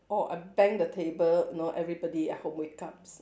or I bang the table y~ know everybody at home wake ups